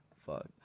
fuck